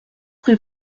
rue